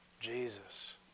Jesus